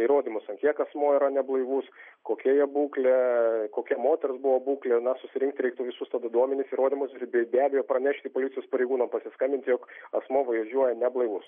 įrodymus ant kiek asmuo yra neblaivus kokia jo būklė kokia moters buvo būklė na susirinkti reik visus duomenis įrodymus ir be abejo pranešti policijos pareigūnam pasiskambinti jog asmuo važiuoja neblaivus